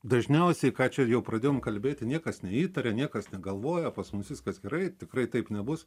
dažniausiai ką čia ir jau pradėjom kalbėti niekas neįtarė niekas negalvojo pas mus viskas gerai tikrai taip nebus